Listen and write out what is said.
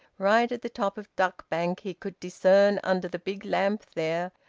right at the top of duck bank, he could discern, under the big lamp there,